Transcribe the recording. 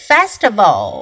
Festival